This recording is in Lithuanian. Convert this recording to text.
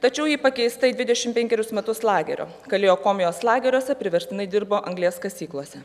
tačiau ji pakeista į dvidešim penkerius metus lagerio kalėjo komijos lageriuose priverstinai dirbo anglies kasyklose